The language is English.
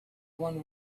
one